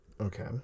okay